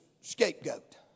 scapegoat